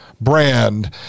brand